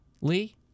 Lee